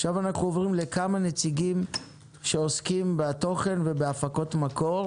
עכשיו אנחנו עוברים לכמה נציגים שעוסקים בתוכן ובהפקות מקור.